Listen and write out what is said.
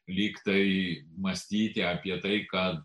lyg tai mąstyti apie tai kad